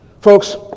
folks